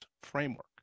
framework